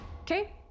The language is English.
Okay